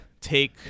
take